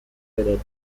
cadet